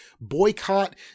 boycott